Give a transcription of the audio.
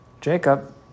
Jacob